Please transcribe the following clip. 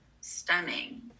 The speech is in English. stunning